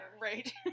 Right